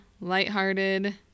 lighthearted